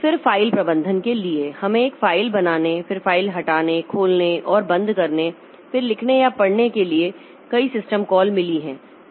फिर फ़ाइल प्रबंधन के लिए हमें एक फ़ाइल बनाने फिर फ़ाइल हटाने खोलने और बंद करने फिर लिखने या पढ़ने के लिए कई सिस्टम कॉल मिली हैं